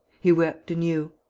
he wept anew,